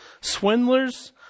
swindlers